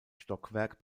stockwerk